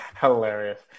hilarious